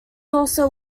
also